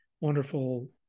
wonderful